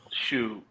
shoot